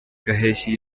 gaheshyi